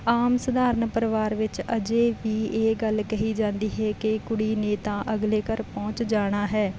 ਆਮ ਸਧਾਰਨ ਪਰਿਵਾਰ ਵਿੱਚ ਅਜੇ ਵੀ ਇਹ ਗੱਲ ਕਹੀ ਜਾਂਦੀ ਹੈ ਕਿ ਕੁੜੀ ਨੇ ਤਾਂ ਅਗਲੇ ਘਰ ਪਹੁੰਚ ਜਾਣਾ ਹੈ